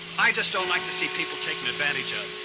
i just don't like to see people taken advantage of.